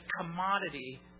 commodity